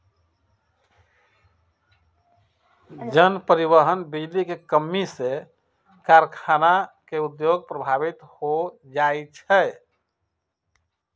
जन, परिवहन, बिजली के कम्मी से कारखाना के उद्योग प्रभावित हो जाइ छै